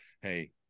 hey